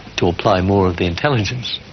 to apply more of the intelligence,